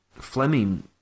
Fleming